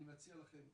אני מציע לכם,